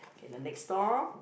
okay the next store